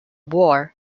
war